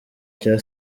cya